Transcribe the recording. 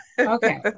Okay